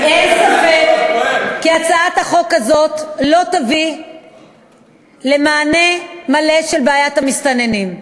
אין ספק כי הצעת החוק הזאת לא תביא למענה מלא על בעיית המסתננים.